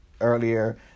earlier